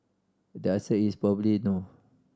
the answer is probably no